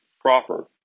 proper